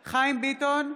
ביטון,